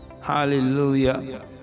hallelujah